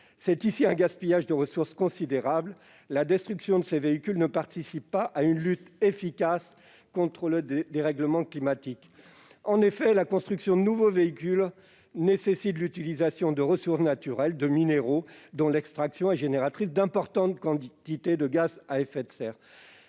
C'est un gaspillage de ressources important. La destruction de ces véhicules ne participe pas à une lutte efficace contre le dérèglement climatique. En effet, la construction de nouveaux véhicules nécessite l'utilisation de ressources naturelles, de minerais, dont l'extraction génère l'émission d'importantes quantités de gaz à effet de serre.